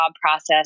process